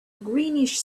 greenish